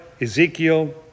Ezekiel